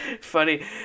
funny